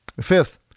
Fifth